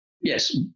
yes